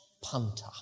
punter